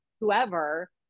whoever